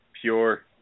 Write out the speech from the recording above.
pure